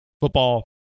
Football